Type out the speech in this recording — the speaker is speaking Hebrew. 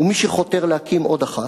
ומי שחותר להקים עוד אחת,